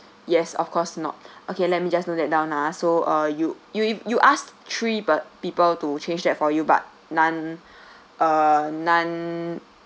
yes of course not okay let me just note that down ah so uh you you you you asked three peop~ people to change that for you but none uh none